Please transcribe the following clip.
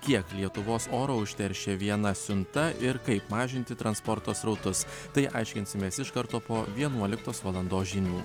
kiek lietuvos oro užteršia viena siunta ir kaip mažinti transporto srautus tai aiškinsimės iš karto po vienuoliktos valandos žinių